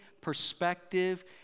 perspective